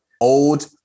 old